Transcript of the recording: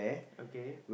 okay